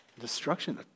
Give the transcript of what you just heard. destruction